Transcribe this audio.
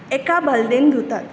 एका बालदेंत धुतात